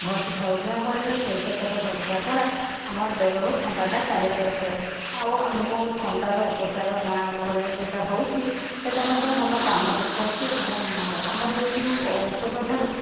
ଘଷି ଥାଉ ଯାହା ଫଳରେ ସୋରିଷ ତେଲ ଘଷିବା ଦ୍ୱାରା ଆମର ଦେହରୁ ଥଣ୍ଡାଟା ଚାଲିଯାଇଥାଏ ଆଉ ଆମକୁ ଥଣ୍ଡାର ଉପଚାର ଗାଁ ଗହଳିରେ ଯେଉଁଟା ହଉଛି ସେଇଟା ମଧ୍ୟ ଭଲ କାମ ଦେଖାଉଛି ଏବଂ ଆମର ଏଇ ଯେଉଁ ଔଷଧ ଠାରୁ ଆମେ